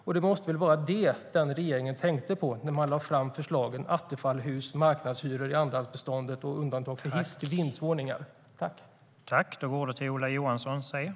"